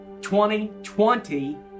2020